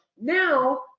Now